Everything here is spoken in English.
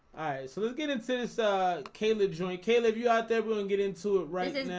so let's get into this ah kaleb joint kaleb you out there go and get into it right and now